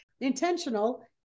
intentional